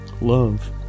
love